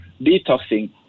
detoxing